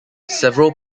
several